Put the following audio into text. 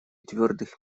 твердых